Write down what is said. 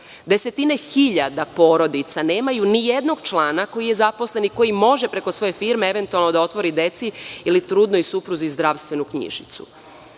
Desetine hiljada porodica nemaju ni jednog člana koji je zaposlen i koji može preko svoje firme, eventualno da otvori deci, ili trudnoj supruzi, zdravstvenu knjižicu.